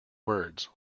words